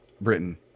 Britain